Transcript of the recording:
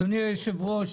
אדוני היושב-ראש,